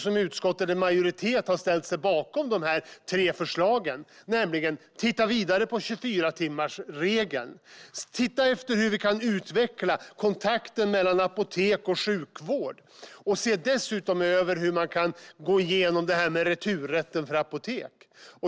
Utskottsmajoriteten har ställt sig bakom de tre förslagen, nämligen att man ska titta vidare på 24-timmarsregeln, att man ska titta på hur man kan utveckla kontakten mellan apotek och sjukvård och att man dessutom ska se över hur man kan gå igenom returrätten för apotek.